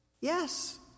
yes